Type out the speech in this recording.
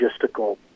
logistical